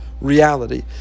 reality